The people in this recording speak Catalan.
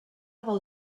del